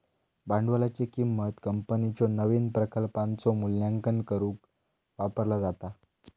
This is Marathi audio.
भांडवलाची किंमत कंपनीच्यो नवीन प्रकल्पांचो मूल्यांकन करुक वापरला जाता